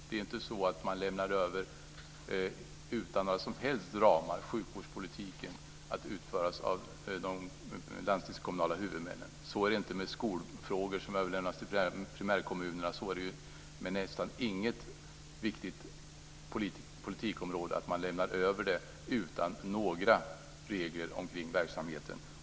Det är inte så att man utan några som helst ramar lämnar över sjukvården att utföras av de landstingskommunala huvudmännen. Så är det inte med skolfrågor som överlämnas till primärkommunerna. På nästan inget viktigt politikområde lämnar man över det utan några regler kring verksamheten.